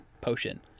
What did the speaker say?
Potion